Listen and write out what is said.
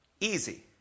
easy